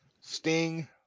Sting